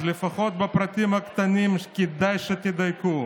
אז לפחות בפרטים הקטנים כדאי שתדייקו.